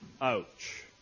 Ouch